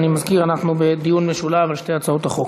אני מזכיר: אנחנו בדיון משולב על שתי הצעות החוק.